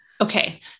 Okay